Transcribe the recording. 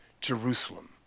Jerusalem